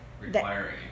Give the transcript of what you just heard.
Requiring